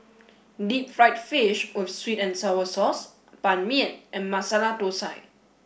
deep fried fish with sweet and sour sauce Ban Mian and Masala Thosai